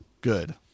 good